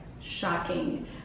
Shocking